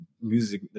music